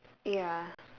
ya